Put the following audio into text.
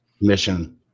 mission